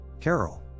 Carol